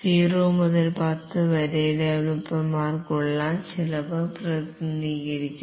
0 മുതൽ 10 വരെ ഡവലപ്പർമാർക്കുള്ള ചെലവ് പ്രതിനിധീകരിക്കുന്നു